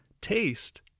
Taste